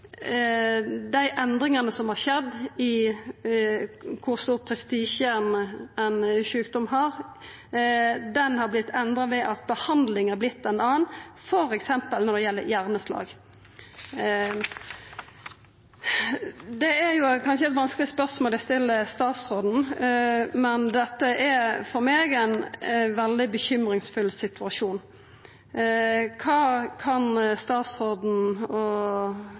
dei endringane som har skjedd med omsyn til kor stor prestisje ein sjukdom har, har vorte endra ved at behandlinga har vorte ei anna, f.eks. når det gjeld hjerneslag. Det er kanskje vanskelege spørsmål eg stiller til statsråden, men dette er for meg ein veldig bekymringsfull situasjon: Kva kan statsråden og